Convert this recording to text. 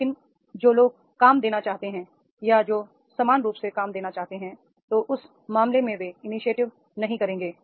लेकिन जो लोग काम देना चाहते हैं या जो समान रूप से काम देना चाहते हैं तो उस मामले में वे इनीशिएटिव नहीं करेंगे